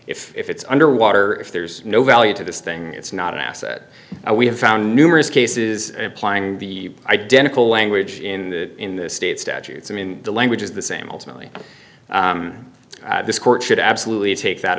if if it's underwater if there's no value to this thing it's not an asset we have found numerous cases applying the identical language in that in this state statutes i mean the language is the same ultimately this court should absolutely take that